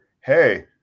hey